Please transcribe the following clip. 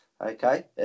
Okay